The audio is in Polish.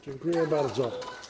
Dziękuję bardzo.